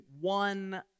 one